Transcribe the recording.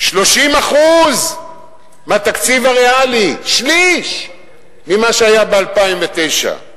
30% מהתקציב הריאלי, שליש ממה שהיה ב-2009.